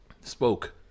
Spoke